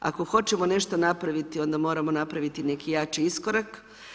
Ako hoćemo nešto napraviti onda moramo napraviti neki jači iskorak.